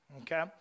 okay